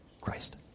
Christ